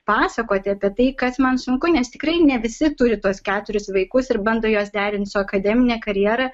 pasakoti apie tai kad man sunku nes tikrai ne visi turi tuos keturis vaikus ir bando juos derinti su akademine karjera